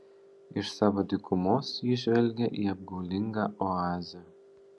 iš savo dykumos ji žvelgia į apgaulingą oazę